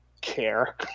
care